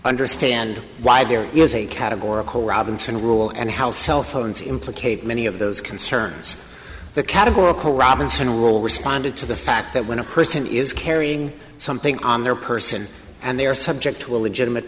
understand why there is a categorical robinson rule and how cell phones implicate many of those concerns the categorical robinson rule responded to the fact that when a person is carrying something on their person and they are subject to a legitimate